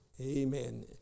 Amen